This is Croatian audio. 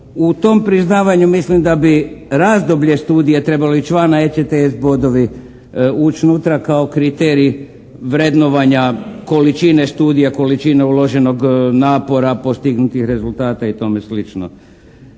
U tom priznavanju mislim da bi razdoblje studija trebalo ići van, a ECTS bodovi ući unutra kao kriterij vrednovanja količine studija, količine uloženog napora, postignutih rezultata i tome slično.